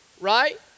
Right